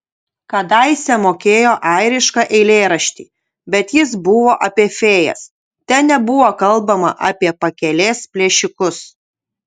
kadaise mokėjo airišką eilėraštį bet jis buvo apie fėjas ten nebuvo kalbama apie pakelės plėšikus